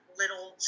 little